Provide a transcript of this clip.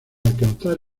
alcanzar